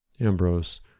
Ambrose